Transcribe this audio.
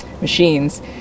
machines